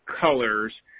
colors